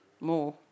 More